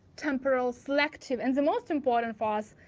temporal, selective, and the most important for us,